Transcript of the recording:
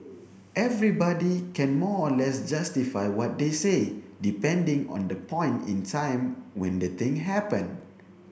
everybody can more or less justify what they say depending on the point in time when the thing happened